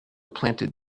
planted